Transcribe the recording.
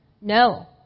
No